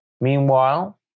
Meanwhile